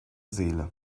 seele